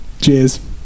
Cheers